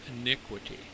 iniquity